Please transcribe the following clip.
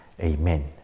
Amen